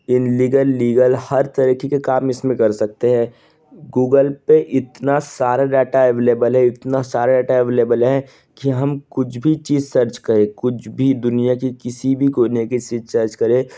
illegal legal हर तरीके के काम इसमें कर सकते हैं गूगल पे इतना सारा डाटा ऐवलेबल है इतना सारा ऐवलेबल है कि हम कुछ भी चीज सर्च करें कुछ भी दुनिया के किसी भी कोने के सीज चर्च करें